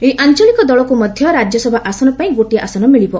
ଏହି ଆଞ୍ଚଳିକ ଦଳକୁ ମଧ୍ୟ ରାଜ୍ୟସଭା ଆସନପାଇଁ ଗୋଟିଏ ଆସନ ମିଳିବ